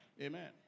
Amen